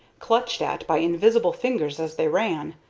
clutched at by invisible fingers as they ran,